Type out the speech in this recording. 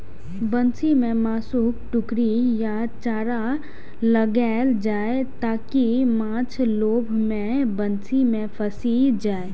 बंसी मे मासुक टुकड़ी या चारा लगाएल जाइ, ताकि माछ लोभ मे बंसी मे फंसि जाए